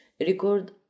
record